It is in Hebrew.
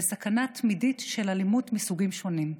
לסכנה תמידית של אלימות מסוגים שונים: